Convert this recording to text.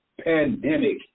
pandemic